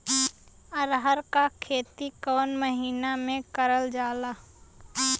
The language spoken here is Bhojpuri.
अरहर क खेती कवन महिना मे करल जाला?